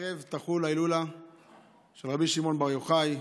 הערב תחול ההילולה של רבי שמעון בר יוחאי.